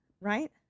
right